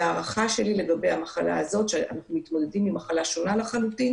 וההערכה שלי לגבי המחלה הזו היא שאנחנו מתמודדים עם מחלה שונה לחלוטין,